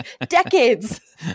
Decades